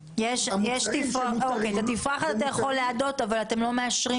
את התפרחת אתה יכול לאדות אבל אתם לא מאשרים